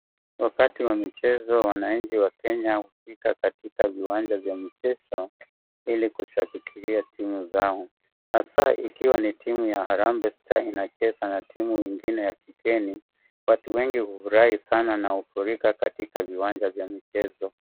Wakati wa michezo wananchi wa Kenya hufika katika viwanja vya michezo hili kushambikia timu zao. Haswa ikiwa ni timu ya Harambee Stars inacheza na timu nyingine ya kigeni. Watu wengine hufurahi sana na hufurika katika viwanja vya michezo.